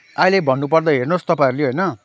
अहिले भन्नुपर्दा हेर्नुहोस् तपाईँहरूले होइन